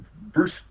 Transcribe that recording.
Bruce